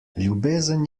ljubezen